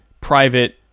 private